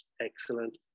excellent